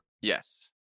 Yes